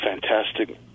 Fantastic